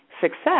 success